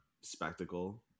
spectacle